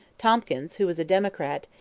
tompkins, who was a democrat,